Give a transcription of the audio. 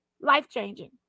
Life-changing